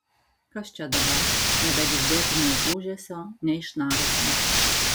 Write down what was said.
kas čia dabar nebegirdėti nei ūžesio nei šnaresio